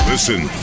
Listen